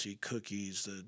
cookies